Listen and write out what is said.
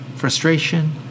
frustration